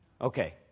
Okay